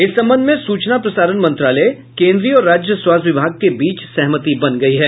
इस संबंध में सूचना प्रसारण मंत्रालय केन्द्रीय और राज्य स्वास्थ्य विभाग के बीच सहमति बन गयी है